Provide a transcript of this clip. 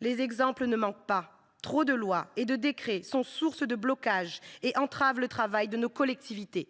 Les exemples de ce type ne manquent pas. Trop de lois et de décrets sont source de blocages qui entravent le travail de nos collectivités.